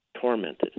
Tormented